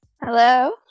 Hello